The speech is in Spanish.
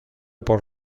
por